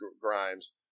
Grimes